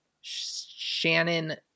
Shannon